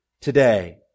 today